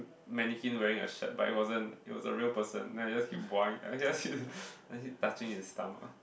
mannequin wearing a shirt but it wasn't it was a real person then I just keep I guess touching his stomach